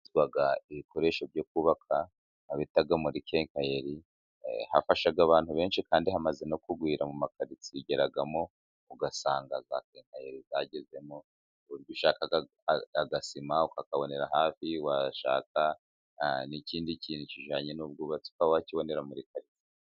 Haba ibikoresho byo kubaka, aho bita muri kenkayori. Hafasha abantu benshi, kandi hamaze no kugwira mu makaritsiye. Ugeramo ugasanga za kenkayeri zagezemo, ushaka agasima ukakabonera hafi, washaka n'ikindi kintu kijyanye n'ubwubatsi wakibonera muri karitsiye.